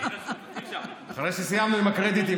אחרי שסיימנו עם הקרדיטים,